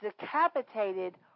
decapitated